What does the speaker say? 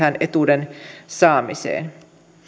etuuden saamiseen